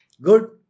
good